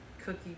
cookie